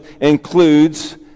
includes